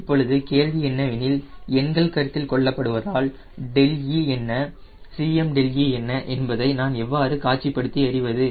இப்பொழுது கேள்வி என்னவெனில் எண்கள் கருத்தில் கொள்ளப்படுவதால் δe என்ன Cme என்ன என்பதை நான் எவ்வாறு காட்சிப்படுத்தி அறிவது